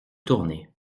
tournay